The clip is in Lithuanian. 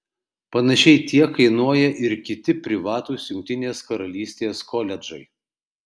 panašiai tiek kainuoja ir kiti privatūs jungtinės karalystės koledžai